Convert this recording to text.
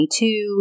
22